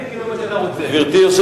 ואחריו,